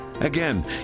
Again